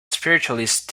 spiritualist